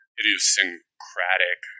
idiosyncratic